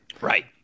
Right